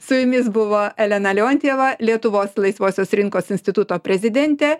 su jumis buvo elena leontjeva lietuvos laisvosios rinkos instituto prezidentė